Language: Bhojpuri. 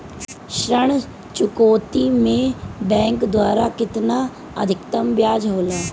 ऋण चुकौती में बैंक द्वारा केतना अधीक्तम ब्याज होला?